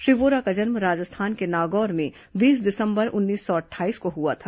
श्री वोरा का जन्म राजस्थान के नागौर में बीस दिसंबर उन्नीस सौ अट्ठाईस को हुआ था